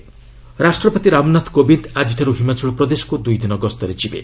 president HP ରାଷ୍ଟ୍ରପତି ରାମନାଥ କୋବିନ୍ଦ୍ ଆଜିଠାରୁ ହିମାଚଳ ପ୍ରଦେଶକୁ ଦୁଇଦିନ ଗସ୍ତରେ ଯିବେ